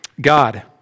God